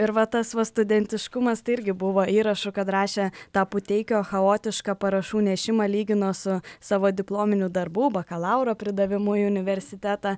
ir va tas va studentiškumas tai irgi buvo įrašu kad rašė tą puteikio chaotišką parašų nešimą lygino su savo diplominiu darbu bakalauro pridavimu į universitetą